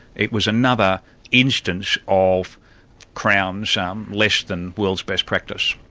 it was another instance of crown's um less than world' s best practice.